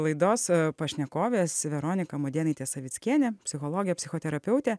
laidos pašnekovės veronika mudėnaitė savickienė psichologė psichoterapeutė